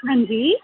हां जी